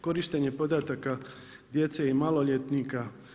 Korištenje podataka djece i maloljetnika.